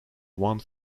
one